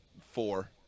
Four